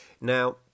now